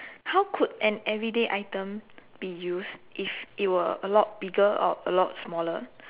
how could an everyday item be used if it were a lot bigger or a lot smaller